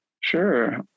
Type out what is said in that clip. Sure